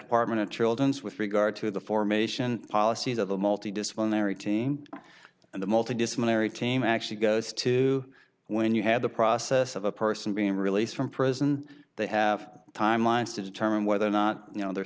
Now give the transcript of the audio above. department of children's with regard to the formation policies of the multi disciplinary team and the multidisciplinary team actually goes to when you have the process of a person being released from prison and they have timelines to determine whether or not you know they're